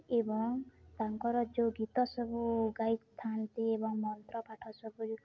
ଏବଂ ତାଙ୍କର ଯେଉଁ ଗୀତ ସବୁ ଗାଇଥାନ୍ତି ଏବଂ ମନ୍ତ୍ର ପାଠ ସବୁ ଯୋ